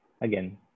again